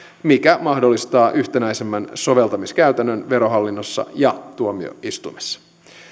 mikä mahdollistaa yhtenäisemmän soveltamiskäytännön verohallinnossa ja tuomioistuimessa